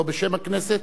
לא בשם הכנסת,